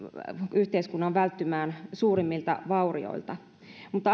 yhteiskunnan välttymään suurimmilta vaurioilta mutta